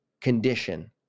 condition